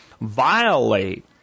violate